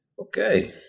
okay